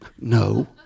No